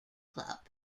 club